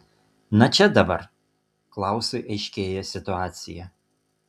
na čia dabar klausui aiškėja situacija